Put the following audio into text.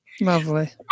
Lovely